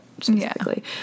specifically